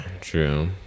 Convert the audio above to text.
true